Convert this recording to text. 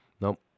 Nope